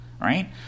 right